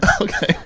Okay